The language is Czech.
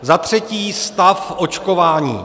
Za třetí, stav očkování.